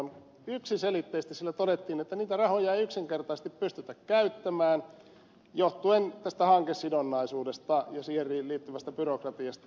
yksiselitteisesti siellä todettiin että niitä rahoja ei yksinkertaisesti pystytä käyttämään johtuen tästä hankesidonnaisuudesta ja siihen liittyvästä byrokratiasta